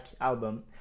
album